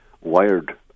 wired